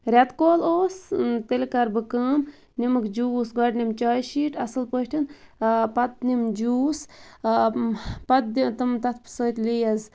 ریٚتہٕ کول اوس تیٚلہِ کَرٕ بہٕ کٲم نِمَکھ جوٗس گۄڈٕ نِمہٕ چایہِ شیٖٹ اصٕل پٲٹھۍ پَتہٕ نِمہٕ جوٗس پَتہٕ دِمہ تتھ سۭتۍ لیز